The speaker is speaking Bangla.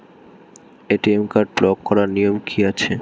এ.টি.এম কার্ড ব্লক করার নিয়ম কি আছে?